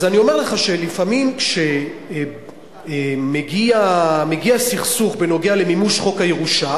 אני אומר לך שלפעמים מגיע סכסוך בעניין מימוש חוק הירושה